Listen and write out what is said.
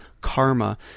karma